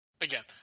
again